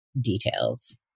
details